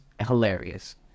hilarious